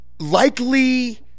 likely